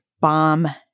bomb